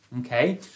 okay